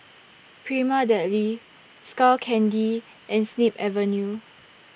Prima Deli Skull Candy and Snip Avenue